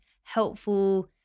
helpful